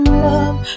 love